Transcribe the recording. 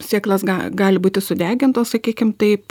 sėklos gali būti sudegintos sakykim taip